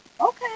Okay